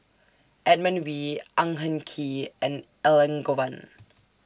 Edmund Wee Ang Hin Kee and Elangovan